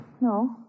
No